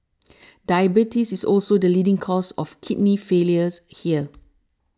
diabetes is also the leading cause of kidney failures here